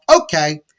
okay